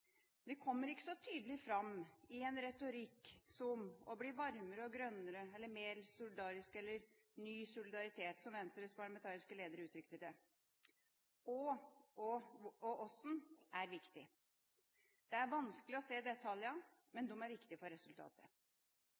kommer ikke så tydelig fram i en retorikk om å bli varmere og grønnere eller mer solidarisk – eller «ny solidaritet», som Venstres parlamentariske leder uttrykte det. Hva og hvordan er viktig. Det er vanskelig å se detaljene, men de er viktige for resultatet.